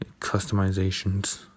Customizations